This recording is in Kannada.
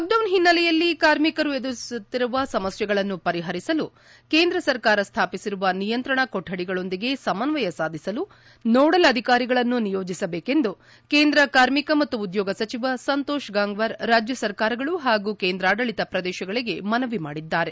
ಲಾಕ್ಡೌನ್ ಹಿನ್ನೆಲೆಯಲ್ಲಿ ಕಾರ್ಮಿಕರು ಎದುರಿಸುತ್ತಿರುವ ಸಮಸ್ಥೆಗಳನ್ನು ಪರಿಹರಿಸಲು ಕೇಂದ್ರ ಸರ್ಕಾರ ಸ್ಥಾಪಿಸಿರುವ ನಿಯಂತ್ರಣ ಕೊಠಡಿಗಳೊಂದಿಗೆ ಸಮನ್ವಯ ಸಾಧಿಸಲು ನೋಡಲ್ ಅಧಿಕಾರಿಗಳನ್ನು ನಿಯೋಜಿಸಬೇಕೆಂದು ಕೇಂದ್ರ ಕಾರ್ಮಿಕ ಮತ್ತು ಉದ್ಯೋಗ ಸಚಿವ ಸಂತೋಷ್ ಗಂಗ್ವಾರ್ ರಾಜ್ಯ ಸರ್ಕಾರಗಳು ಹಾಗೂ ಕೇಂದ್ರಾಡಳತ ಪ್ರದೇಶಗಳಿಗೆ ಮನವಿ ಮಾಡಿದ್ದಾರೆ